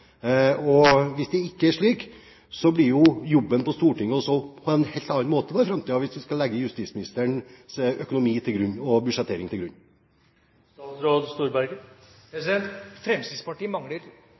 Hvis det ikke er slik, blir jo jobben på Stortinget på en helt annen måte i framtiden, hvis man skal legge justisministerens økonomi og budsjettering til grunn.